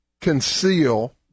conceal